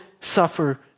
suffer